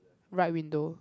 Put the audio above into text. right window